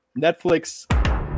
Netflix –